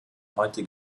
heute